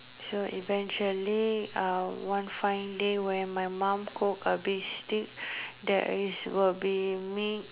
so eventually one fine day when my mom cook a beef steak there is will be meat